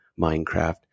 minecraft